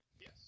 Yes